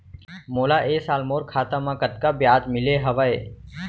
मोला ए साल मोर खाता म कतका ब्याज मिले हवये?